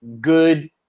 good